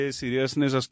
seriousness